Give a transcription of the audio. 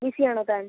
BC ആണോ താൻ